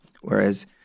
Whereas